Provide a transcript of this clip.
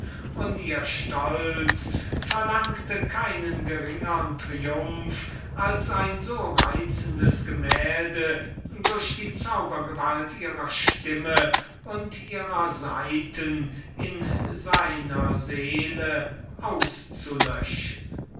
und ihr stolz verlangte keinen geringern triumph als ein so reizendes gemälde durch die zaubergewalt ihrer stimme und ihrer saiten in seiner seele auszulöschen